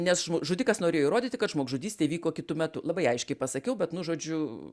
nes žudikas norėjo įrodyti kad žmogžudystė įvyko kitu metu labai aiškiai pasakiau bet nu žodžiu